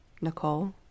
Nicole